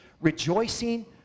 rejoicing